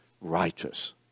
righteous